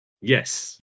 Yes